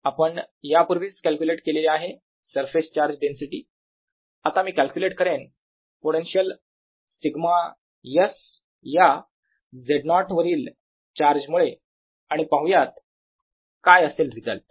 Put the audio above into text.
आपण यापूर्वीच कॅल्क्युलेट केले आहे सरफेस चार्ज डेन्सिटी आता मी कॅल्क्युलेट करेन पोटेन्शियल सिग्मा S या Z0 वरील चार्ज मुळे आणि पाहुयात काय असेल रिझल्ट